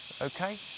Okay